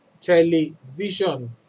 television